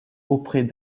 auprès